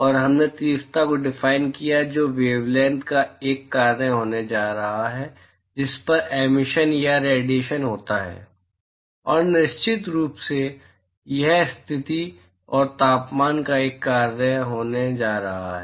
और हमने तीव्रता को डिफाइन किया जो वेवलैंथ का एक कार्य होने जा रहा है जिस पर एमिशन या रेडिएशन होता है और निश्चित रूप से यह स्थिति और तापमान का एक कार्य होने जा रहा है